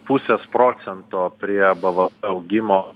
pusės procento prie bvp augimo